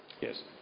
Yes